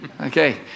Okay